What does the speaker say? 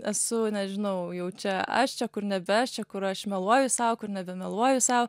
esu nežinau jau čia aš čia kur nebe aš čia kur aš meluoju sau kur nebemeluoju sau